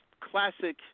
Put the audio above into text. classic